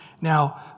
Now